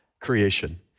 creation